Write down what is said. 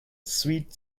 sweet